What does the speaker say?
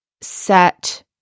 set